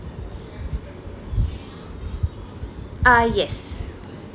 uh yes